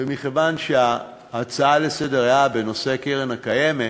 ומכיוון שההצעה לסדר-היום הייתה בנושא הקרן הקיימת,